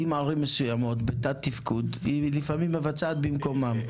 אם ערים מסוימות נמצאות בתת תפקוד היא לפעמים מבצעת במקומן.